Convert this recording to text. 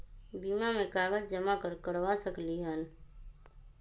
बीमा में कागज जमाकर करवा सकलीहल?